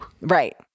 Right